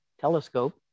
telescope